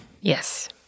Yes